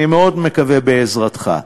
אני מאוד מקווה בעזרתך.